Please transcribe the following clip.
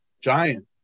giant